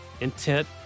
intent